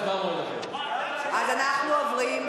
תשובה, והצבעה במועד אחר.